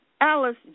Alice